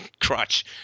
crotch